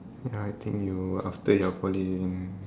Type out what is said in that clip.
ya I think you after your poly then